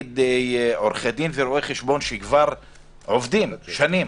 עורכי דין ורואי חשבון שעובדים שנים,